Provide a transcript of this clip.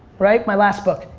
right, my last book.